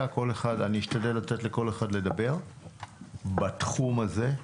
אני אשתדל לתת לכל אחד לדבר בנושא הזה,